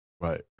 Right